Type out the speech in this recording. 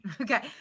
Okay